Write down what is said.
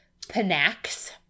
Panax